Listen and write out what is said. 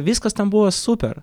viskas ten buvo super